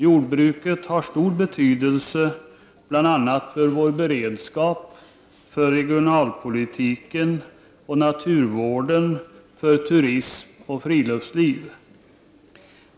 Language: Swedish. Jordbruket har stor betydelse bl.a. för vår beredskap, naturvård, regionalpolitik, turism och friluftsliv.